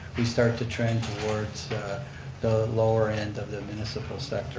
we start to trend towards the lower end of the municipal